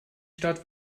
stadt